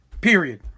Period